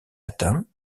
atteint